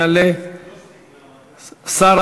יעלה, "לוסטיג" ברמת-גן.